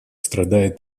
страдает